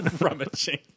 Rummaging